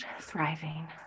thriving